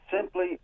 simply